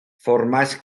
formats